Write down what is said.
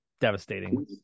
devastating